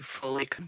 fully